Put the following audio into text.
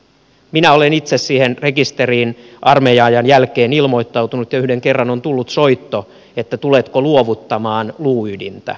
minä olen itse siihen rekisteriin armeija ajan jälkeen ilmoittautunut ja yhden kerran on tullut soitto että tuletko luovuttamaan luuydintä